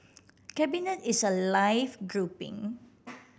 cabinet is a live grouping